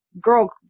girl